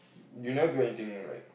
you never do anything like